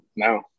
No